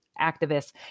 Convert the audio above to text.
activists